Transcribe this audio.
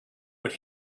but